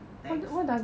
thanks